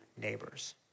neighbors